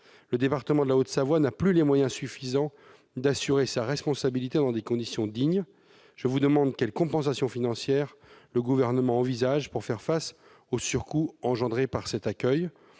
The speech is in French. le département de la Haute-Savoie n'a plus les moyens suffisants pour assumer sa responsabilité dans des conditions dignes. Quelle compensation financière le Gouvernement envisage-t-il pour faire face aux surcoûts entraînés par cet accueil